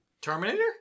Terminator